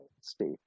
state